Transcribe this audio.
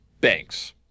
banks